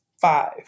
Five